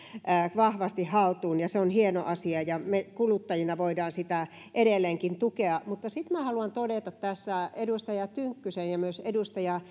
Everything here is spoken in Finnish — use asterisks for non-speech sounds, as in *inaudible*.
vahvasti haltuun se on hieno asia ja me kuluttajina voimme sitä edelleenkin tukea sitten haluan todeta edustaja tynkkysen ja myös edustaja *unintelligible*